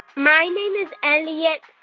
my name is elliot.